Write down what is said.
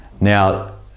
Now